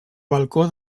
balcó